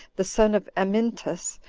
the son of amyntas,